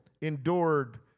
endured